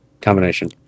combination